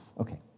Okay